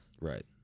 Right